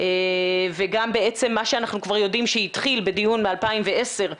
וגם בעצם מה שאנחנו כבר יודעים שהתחיל בדיון מ-2010.